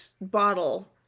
bottle